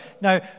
Now